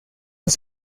los